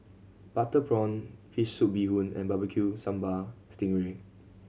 butter prawn fish soup bee hoon and Barbecue Sambal sting ray